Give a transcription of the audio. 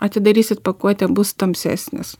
atidarysit pakuotę bus tamsesnis